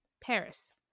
Paris